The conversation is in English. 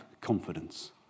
confidence